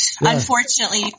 Unfortunately